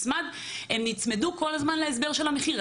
הם נצמדו כל הזמן להסבר של המחיר.